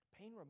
pain